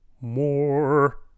more